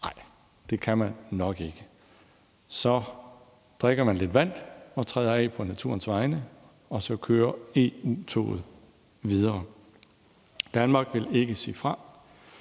Nej, det kan man nok ikke. Så drikker man lidt vand og træder af på naturens vegne, og så kører EU-toget videre. Danmark vil ikke sige fra.